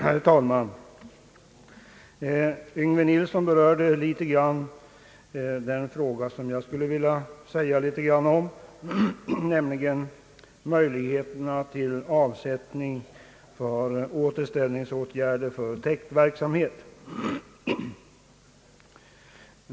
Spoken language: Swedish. Herr talman! Herr Yngve Nilsson berörde i viss mån den fråga jag skulle vilja säga något om, nämligen möjligheterna till avsättning för återställningsåtgärder för täktverksamhet.